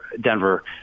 Denver